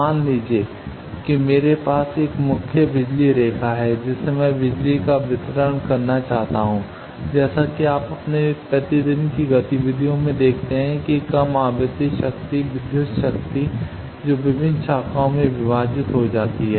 मान लीजिए कि मेरे पास एक मुख्य बिजली रेखा है जिससे मैं बिजली का वितरण चाहता हूं जैसा कि आप अपने प्रतिदिन की गतिविधियों में देखते हैं कि कम आवृत्ति शक्ति विद्युत शक्ति जो विभिन्न शाखाओं में विभाजित हो जाती है